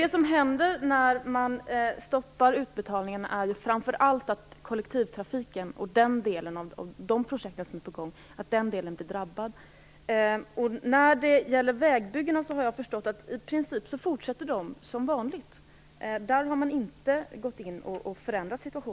Det som händer när man nu stoppar utbetalningarna är framför allt att projekten inom kollektivtrafiken drabbas. När det gäller vägbyggen har jag förstått att de i princip fortsätter som vanligt. Där har inte situationen förändrats.